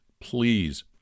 Please